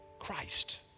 Christ